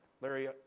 Larry